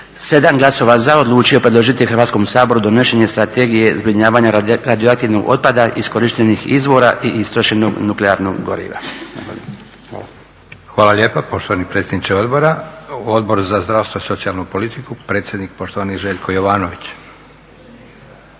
7 glasova za odlučio predložiti Hrvatskom saboru donošenje Strategije zbrinjavanja radioaktivnog otpada iz korištenih izvora i istrošenog nuklearnog goriva.